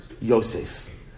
Yosef